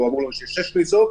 או שש כניסות,